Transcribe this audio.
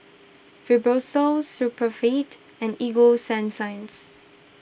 Fibrosol Supravit and Ego Sunsense